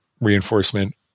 reinforcement